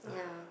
yeah